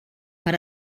per